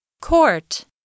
court